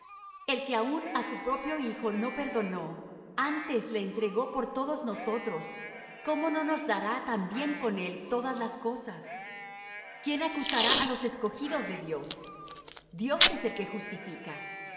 el que aun á su propio hijo no perdonó antes le entregó por todos nosotros cómo no nos dará también con él todas las cosas quién acusará á los escogidos de dios dios es el que justifica